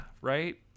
right